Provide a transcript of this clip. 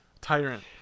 tyrant